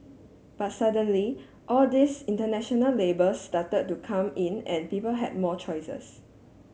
but suddenly all these international labels started to come in and people had more choices